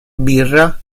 birra